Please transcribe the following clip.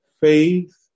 Faith